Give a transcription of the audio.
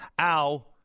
ow